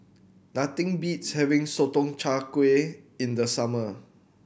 nothing beats having Sotong Char Kway in the summer